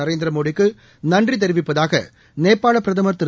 நரேந்திர மோடிக்கு நன்றி தெரிவிப்பதாக நேபாள பிரதமர் திரு